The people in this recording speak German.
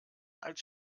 als